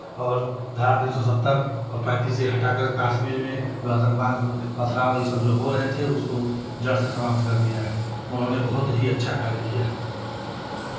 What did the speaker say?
और धारा तीन सौ सत्तर और पैंतीस ए हटाकर कश्मीर में आतंकवाद पथराव ये सब जो हो रहे थे उसको जड़ से समाप्त कर दिया है उन्होंने बहुत ही अच्छा कार्य किया